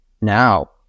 now